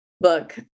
book